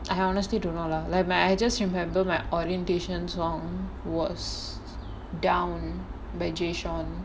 I honestly don't know lah like my I just remember my orientations song was down by jay sean